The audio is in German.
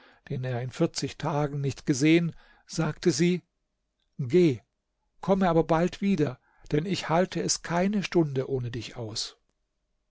den er in vierzig tagen nicht gesehen sagte sie geh komme aber bald wieder denn ich halte es keine stunde ohne dich aus